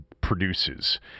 produces